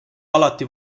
alati